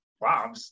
wow